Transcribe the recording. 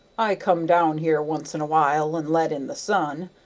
i come down here once in a while and let in the sun,